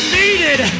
needed